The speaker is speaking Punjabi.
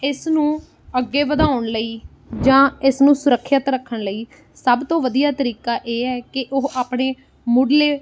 ਇਸ ਨੂੰ ਅੱਗੇ ਵਧਾਉਣ ਲਈ ਜਾਂ ਇਸ ਨੂੰ ਸੁਰੱਖਿਅਤ ਰੱਖਣ ਲਈ ਸਭ ਤੋਂ ਵਧੀਆ ਤਰੀਕਾ ਇਹ ਹੈ ਕਿ ਉਹ ਆਪਣੇ ਮੁੱਢਲੇ